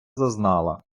зазнала